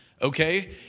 Okay